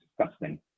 disgusting